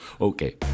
Okay